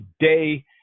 today